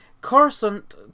Coruscant